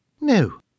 No